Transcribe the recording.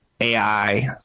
AI